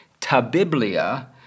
Tabiblia